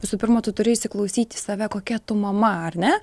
visų pirma tu turi įsiklausyti į save kokia tu mama ar ne